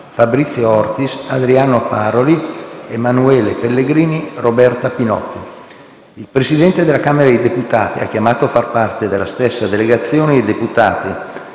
Fabrizio Ortis, Adriano Paroli, Emanuele Pellegrini, Roberta Pinotti. Il Presidente della Camera dei deputati ha chiamato a far parte della stessa delegazione i deputati: